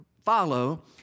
follow